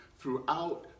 throughout